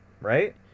right